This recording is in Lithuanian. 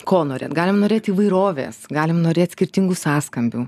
ko norėt galim norėt įvairovės galim norėt skirtingų sąskambių